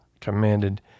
commanded